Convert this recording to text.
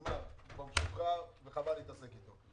נגמר, הוא כבר משוחרר וחבל להתעסק איתו.